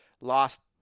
lost